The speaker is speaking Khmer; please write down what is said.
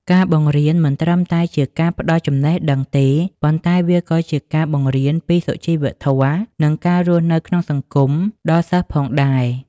ការបង្រៀនមិនត្រឹមតែជាការផ្ដល់ចំណេះដឹងទេ ប៉ុន្តែវាក៏ជាការបង្រៀនពីសុជីវធម៌ និងការរស់នៅក្នុងសង្គមដល់សិស្សផងដែរ។